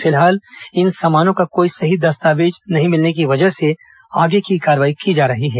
फिलहाल इन सामानों का कोई सही दस्तावेज नहीं मिलने की वजह से आगे की कार्रवाई की जा रही है